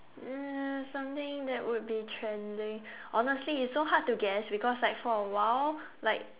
uh something that would be trending honestly it's so hard to guess because like for a while like